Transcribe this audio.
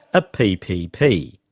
a ppp.